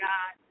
God